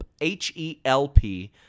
H-E-L-P